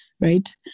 right